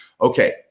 okay